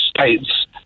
states